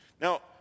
Now